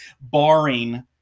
barring